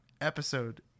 episode